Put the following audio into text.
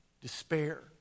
despair